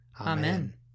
Amen